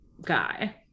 guy